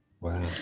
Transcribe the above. Wow